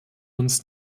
uns